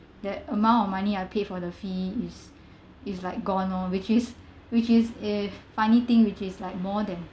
that amount of money I paid for the fee is is like gone lor which is which is eh funny thing which is like more than